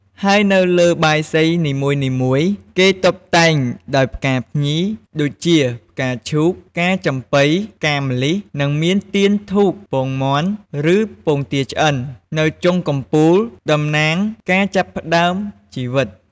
ហើយនៅលើបាយសីនីមួយៗ គេតុបតែងដោយ ផ្កាភ្ញីដូចជា ផ្កាឈូក ផ្កាចំប៉ី ផ្កាម្លិះ និងមាន ទៀន ធូប ពងមាន់ ឬពងទាឆ្អិន នៅចុងកំពូល តំណាងការចាប់ផ្តើមជីវិត។